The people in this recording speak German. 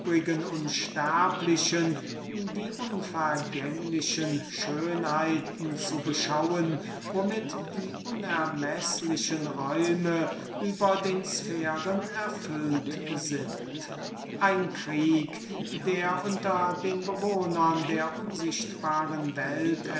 unsterblichen die unvergängliche schönheiten zu beschauen womit die unermeßlichen räume über den sphären erfüllt sind ein krieg der unter den bewohnern der unsichtbaren welt